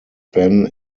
ben